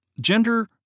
Gender